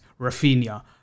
Rafinha